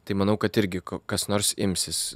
tai manau kad irgi kas nors imsis